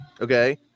Okay